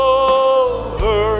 over